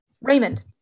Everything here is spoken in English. raymond